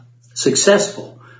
successful